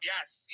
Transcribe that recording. yes